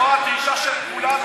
זו הדרישה של כולנו.